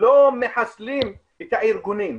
לא מחסלים את הארגונים,